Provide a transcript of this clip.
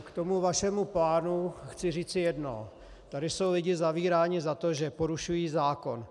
K tomu vašemu plánu chci říci jedno, tady jsou lidé zavíráni za to, že porušují zákon.